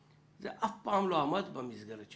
אף פעם זה לא עמד במסגרת.